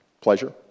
pleasure